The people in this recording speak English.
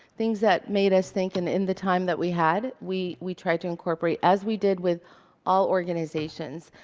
things that made us think, in in the time that we had, we we tried to incorporate as we did with all organizations.